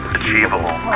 achievable